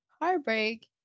heartbreak